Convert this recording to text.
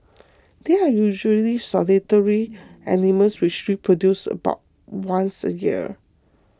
they are usually solitary animals which reproduce about once a year